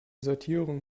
sortierung